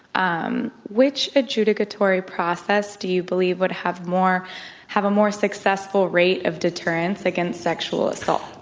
um which adjudicatory process do you believe would have more have a more successful rate of deterrence against sexual assault?